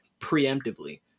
preemptively